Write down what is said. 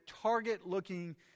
target-looking